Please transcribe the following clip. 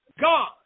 God